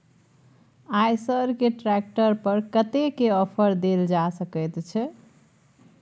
आयसर के ट्रैक्टर पर कतेक के ऑफर देल जा सकेत छै?